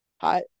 Hi